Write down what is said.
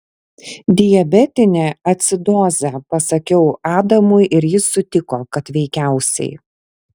diabetinė acidozė pasakiau adamui ir jis sutiko kad veikiausiai